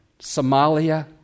Somalia